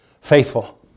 faithful